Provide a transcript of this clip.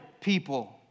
people